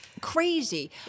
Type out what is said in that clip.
crazy